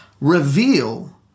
reveal